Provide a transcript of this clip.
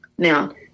Now